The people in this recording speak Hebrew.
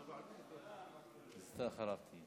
אני אחר כך.